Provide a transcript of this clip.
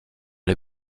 les